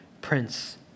Prince